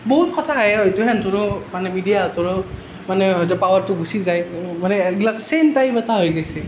বহুত কথা আহে হয়তো সিহঁতৰো মানে মিডিয়াহঁতৰো মানে হয়তো পাৱাৰটো গুচি যায় মানে এইবিলাক চে'ম টাইপ এটা হৈ গৈছে